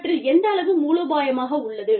இவற்றில் எந்தளவு மூலோபாயமாக உள்ளது